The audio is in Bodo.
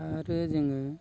आरो जोङो